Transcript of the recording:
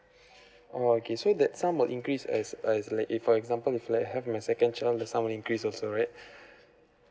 okay so that sum will increase as uh is like if for example if like have my second child the sum will increase also right